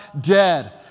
dead